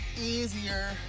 easier